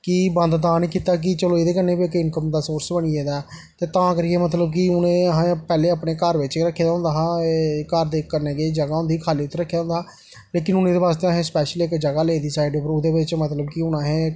की बंद तां निं कीता कि एह्दे कन्नै बी इक इनकम दा सोर्स बनी गेदा ऐ ते तां करियै मतलब कि हून असें पैह्लें अपने घर बिच्च गै रक्खे दा होंदा हा एह् घर दे कन्नै जगह् होंदी ही खाल्ली उत्थें रक्खे दे होंदा हा लेकिन हून एह्दे बास्तै स्पैशली असें इक जगह् लेदी साइड उप्पर ओह्दे बिच्च मतलब कि हून असें